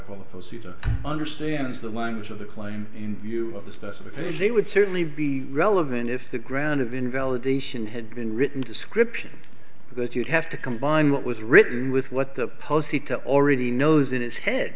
postseason understands the language of the claim in view of the specify page they would certainly be relevant if the ground of invalidation had been written description that you'd have to combine what was written with what the policy to already knows it is head